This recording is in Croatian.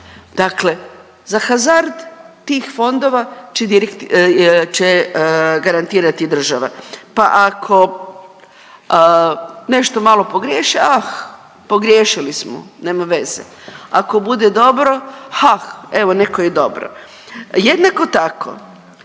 Dakle, za hazard tih fondova će garantirati država pa ako nešto malo pogriješe, ah pogriješili smo, nema veze. Ako bude, hah, evo neka je dobro. Jednako tako